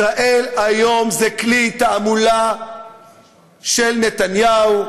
"ישראל היום" זה כלי תעמולה של נתניהו,